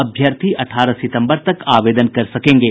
अभ्यर्थी अठारह सितम्बर तक आवेदन कर सकेंगे